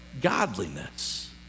godliness